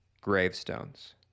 gravestones